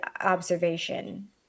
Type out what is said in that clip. observation